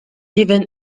everyone